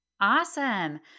Awesome